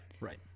Right